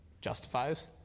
justifies